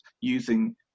using